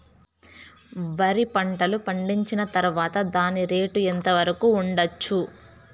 వరి పంటలు పండించిన తర్వాత దాని రేటు ఎంత వరకు ఉండచ్చు